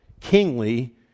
kingly